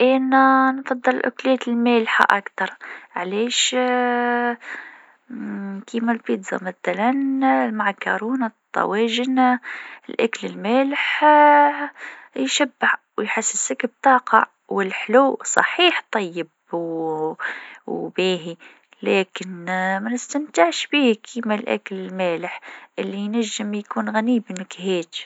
أنا نميل أكثر للمأكولات المالحة، خاصة الحاجات اللي فيها توابل كيما المعكرونة أو الشيبس، لكن زادة الحلو عندو قيمتو، خصوصًا مع التحلية بعد العشاء. الفرق بينهم في الذوق والأوقات اللي يناسبهم فيها.